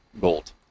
Gold